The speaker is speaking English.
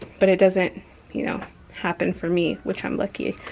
but it doesn't you know happen for me, which i'm lucky.